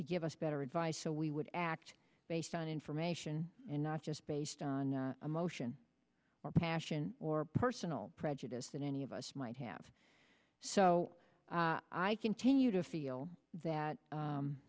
to give us better advice so we would act based on information and not just based on emotion or passion or personal prejudice than any of us might have so i continue to feel that